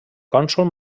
cònsol